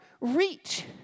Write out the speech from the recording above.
reach